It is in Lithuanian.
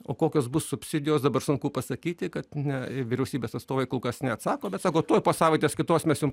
o kokios bus subsidijos dabar sunku pasakyti kad ne vyriausybės atstovai kol kas neatsako bet sako tuoj po savaitės kitos mes jum pa